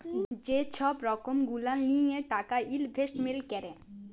যে ছব রকম গুলা লিঁয়ে টাকা ইলভেস্টমেল্ট ক্যরে